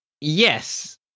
Yes